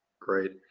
great